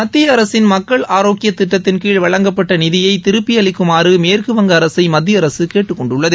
மத்திய அரசின் மக்கள் ஆரோக்கிய திட்டத்தின்கீழ் வழங்கப்பட்ட நிதியை திருப்பி அளிக்குமாறு மேற்குவங்க அரசை மத்திய அரசு கேட்டுக்கொண்டுள்ளது